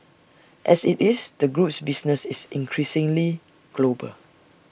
as IT is the group's business is increasingly global